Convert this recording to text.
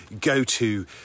go-to